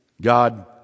God